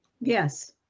Yes